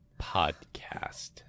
podcast